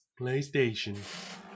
PlayStation